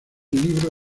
libro